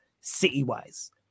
city-wise